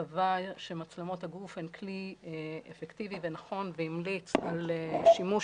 קבע שמצלמות הגוף הן כלי אפקטיבי ונכון והמליץ על שימוש